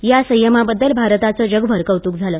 या संयमाबद्दल भारताचं जगभर कौतुक झालं